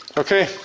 okay,